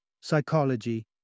psychology